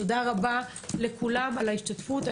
תודה רבה לכולם על ההשתתפות.